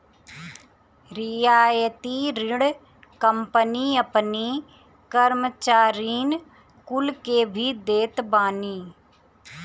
रियायती ऋण कंपनी अपनी कर्मचारीन कुल के भी देत बानी